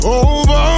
over